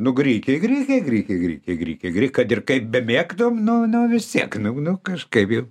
nu grikiai grikiai grikiai grikiai grikiai kad ir kaip bemėgtum nu nu vis tiek nu nu kažkaip jau